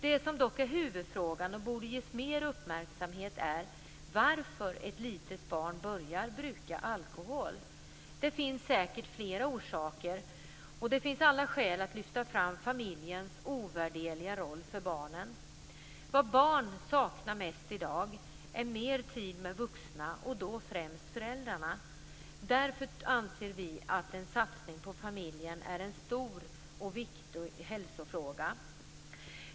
Det som dock är huvudfrågan och som borde ges mer uppmärksamhet är varför ett litet barn börjar bruka alkohol. Det finns säkert flera orsaker, och det finns alla skäl att lyfta fram familjens ovärderliga roll för barnen. Vad barn saknar mest i dag är mer tid med vuxna och då främst föräldrarna. Därför anser vi att en satsning på familjen är en stor och viktig hälsofråga.